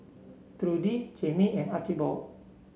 Trudi Jaime and Archibald